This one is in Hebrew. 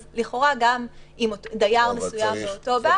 אז לכאורה גם אם דייר מסוים באותו בית